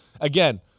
again